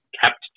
kept